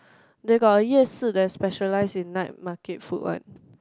they got 夜市 that specialize in night market food one